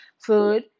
food